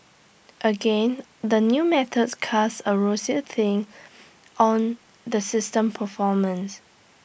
again the new method casts A rosier tint on the system's performance